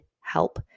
help